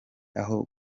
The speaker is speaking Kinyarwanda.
aho